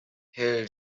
her